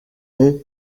ont